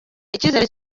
icyizere